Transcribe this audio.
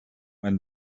when